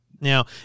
Now